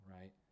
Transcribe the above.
right